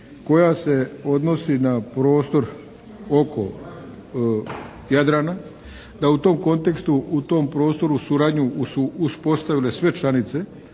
koja se odnosi na prostor oko Jadrana. Da u tom kontekstu u tom prostoru suradnju su uspostavile sve članice